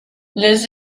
les